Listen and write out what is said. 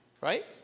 right